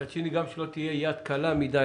מצד שני - גם שלא תהיה יד קלה מדיי,